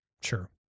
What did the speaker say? Sure